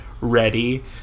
ready